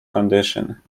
condition